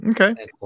Okay